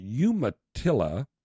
Umatilla